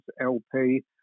LP